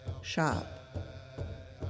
shop